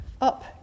up